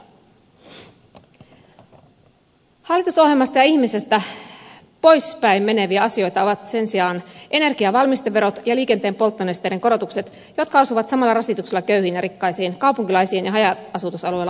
hallitusohjelmasta ja ihmisestä poispäin meneviä asioita ovat sen sijaan energian valmisteverot ja liikenteen polttonesteiden korotukset jotka osuvat samalla rasituksella köyhiin ja rikkaisiin kaupunkilaisiin ja haja asutusalueella asuviin